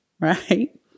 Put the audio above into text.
right